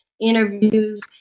interviews